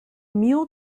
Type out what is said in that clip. mule